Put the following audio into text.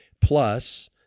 Plus